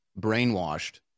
brainwashed